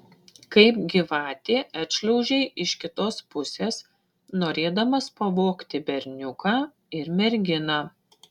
kaip gyvatė atšliaužei iš kitos pusės norėdamas pavogti berniuką ir merginą